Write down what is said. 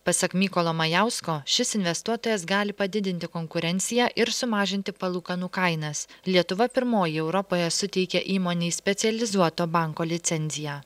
pasak mykolo majausko šis investuotojas gali padidinti konkurenciją ir sumažinti palūkanų kainas lietuva pirmoji europoje suteikė įmonei specializuoto banko licenziją